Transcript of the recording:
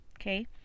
Okay